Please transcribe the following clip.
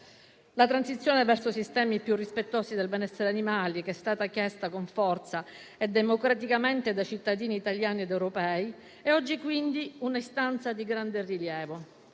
La transizione verso sistemi più rispettosi del benessere degli animali, che è stata chiesta con forza e democraticamente dai cittadini italiani ed europei, è oggi quindi un'istanza di grande rilievo.